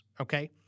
okay